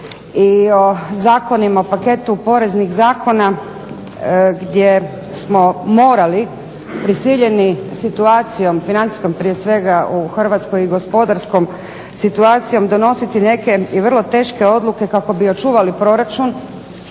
i o zakonima, paketu poreznih zakona, gdje smo morali prisiljeni situacijom financijskom prije svega u Hrvatskoj i gospodarskom situacijom donositi neke i vrlo teške odluke kako bi očuvali proračun